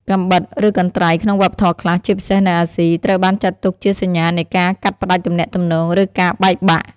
កាំបិត ឬកន្ត្រៃ ក្នុងវប្បធម៌ខ្លះ ជាពិសេសនៅអាស៊ី ត្រូវបានចាត់ទុកជាសញ្ញានៃការ កាត់ផ្តាច់ទំនាក់ទំនង ឬការបែកបាក់។